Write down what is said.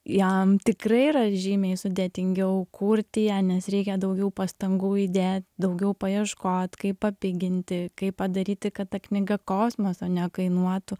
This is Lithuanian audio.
jam tikrai yra žymiai sudėtingiau kurti ją nes reikia daugiau pastangų įdėt daugiau paieškot kaip papiginti kaip padaryti kad ta knyga kosmoso nekainuotų